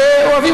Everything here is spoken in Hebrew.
שאוהבים,